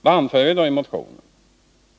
Vad anför vi då i motionen?